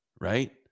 Right